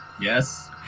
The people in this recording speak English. Yes